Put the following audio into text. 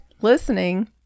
Listening